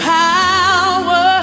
power